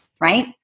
right